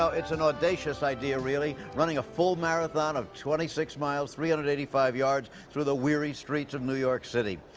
so it's an audacious idea, really, running a full marathon of twenty six miles, three hundred and eighty five yards through the weary streets of new york city.